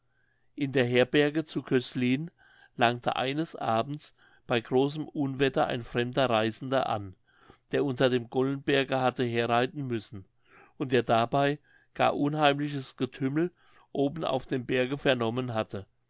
in der herberge zu cöslin langte eines abends bei großem unwetter ein fremder reisender an der unter dem gollenberge hatte herreiten müssen und der dabei gar unheimliches getümmel oben auf dem berge vernommen hatte